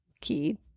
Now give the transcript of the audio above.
Key